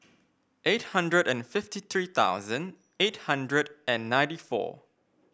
eight hundred and fifty three thousand eight hundred and ninety four